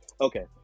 Okay